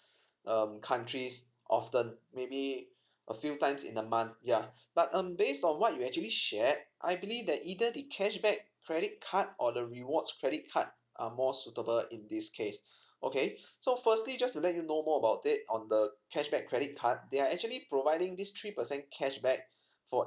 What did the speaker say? um countries often maybe a few times in a month ya but um based on what you actually shared I believe that either the cashback credit card or the rewards credit card are more suitable in this case okay so firstly just to let you know more about it on the cashback credit card they are actually providing these three percent cashback for